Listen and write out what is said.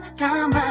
time